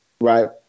right